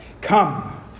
Come